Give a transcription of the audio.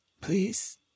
please